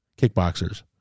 Kickboxers